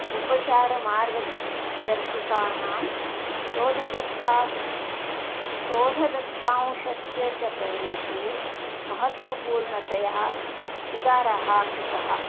उपचारमार्गदर्शिकानां शोधदत्तास् शोधदत्तांशस्य च प्रवेशे महत्त्वपूर्णतया सुधाराः कृतः